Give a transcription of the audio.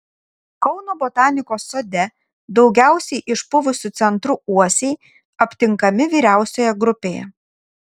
kauno botanikos sode daugiausiai išpuvusiu centru uosiai aptinkami vyriausioje grupėje